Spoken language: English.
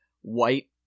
white